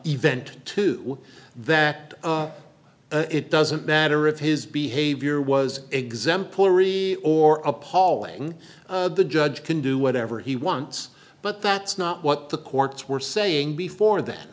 event to that it doesn't matter if his behavior was exemplary or appalling the judge can do whatever he wants but that's not what the courts were saying before th